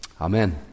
Amen